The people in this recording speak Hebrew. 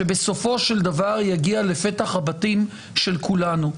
שבסופו של דבר יגיע לפתח הבתים של כולנו.